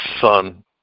son